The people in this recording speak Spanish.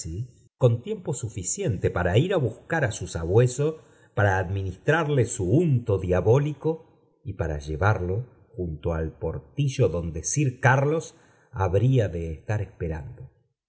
coq tiempo suficiente para ir á buscar á su sabueso para administrarle su unto diabólico y para lie varlo junto al portillo donde sir carlos habría ln estar esperando